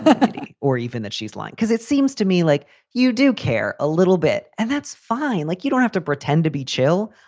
and or even that she's lying because it seems to me like you do care a little bit and that's fine. like, you don't have to pretend to be chill.